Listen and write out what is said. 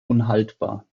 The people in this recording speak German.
unhaltbar